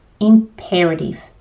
imperative